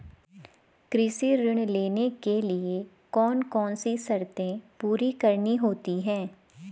कृषि ऋण लेने के लिए कौन कौन सी शर्तें पूरी करनी होती हैं?